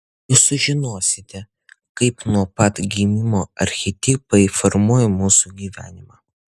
jūs sužinosite kaip nuo pat gimimo archetipai formuoja mūsų gyvenimą